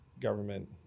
Government